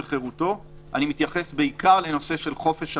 ואני מתייחס בעיקר לנושא חופש הבחירה.